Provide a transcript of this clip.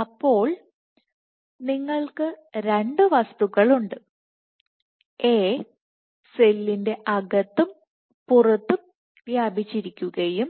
അപ്പോൾ നിങ്ങൾക്ക് രണ്ട് വസ്തുക്കളുണ്ട് A സെല്ലിന്റെ അകത്തും പുറത്തും വ്യാപിച്ചിരിക്കുകയും